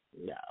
no